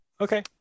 Okay